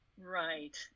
Right